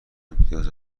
امتیاز